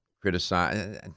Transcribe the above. criticize